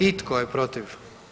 I tko je protiv?